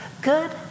Good